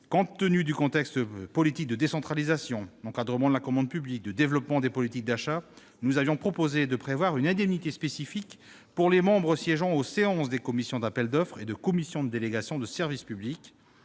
compte tenu du contexte- politiques de décentralisation, encadrement de la commande publique, développement de politiques d'achat -, nous avions proposé de prévoir une indemnité spécifique pour les membres siégeant aux séances de commission d'appel d'offres et de commission de délégation de service public.